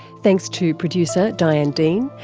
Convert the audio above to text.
thanks to producer diane dean,